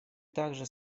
также